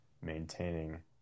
maintaining